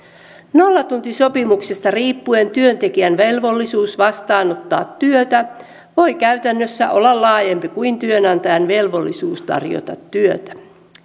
nollatuntisopimuksista riippuen työntekijän velvollisuus vastaanottaa työtä voi käytännössä olla laajempi kuin työnantajan velvollisuus tarjota työtä